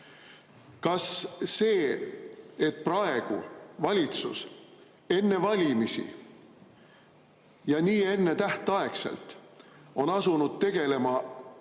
Kas see, et praegu valitsus enne valimisi ja nii ennetähtaegselt on asunud tegelema